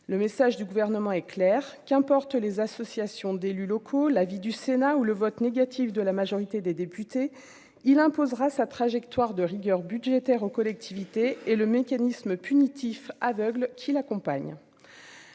le message du gouvernement est clair, qu'importe, les associations d'élus locaux, l'avis du Sénat où le vote négatif de la majorité des députés, il imposera sa trajectoire de rigueur budgétaire aux collectivités et le mécanisme punitif aveugle qui l'accompagne